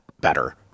better